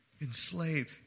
enslaved